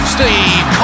Steve